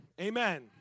Amen